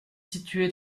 situé